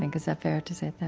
is that fair to say that?